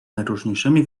najróżniejszymi